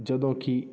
ਜਦੋਂ ਕਿ